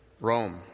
Rome